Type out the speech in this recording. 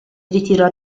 ritirò